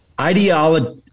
Ideology